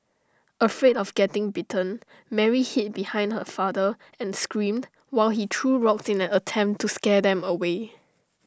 afraid of getting bitten Mary hid behind her father and screamed while he threw rocks in an attempt to scare them away